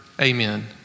Amen